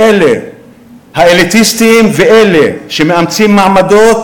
עם אלה האליטיסטיים ואלה שמאמצים מעמדות,